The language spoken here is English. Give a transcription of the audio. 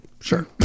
Sure